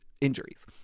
injuries